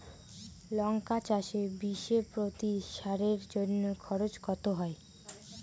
লঙ্কা চাষে বিষে প্রতি সারের জন্য খরচ কত হয়?